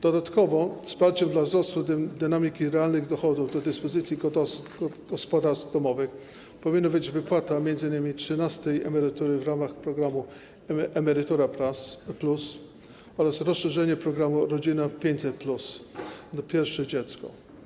Dodatkowo wsparciem dla dynamiki wzrostu realnych dochodów do dyspozycji gospodarstw domowych powinna być wypłata m.in. trzynastej emerytury w ramach programu „Emerytura+” oraz rozszerzenie programu „Rodzina 500+” na pierwsze dziecko.